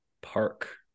Park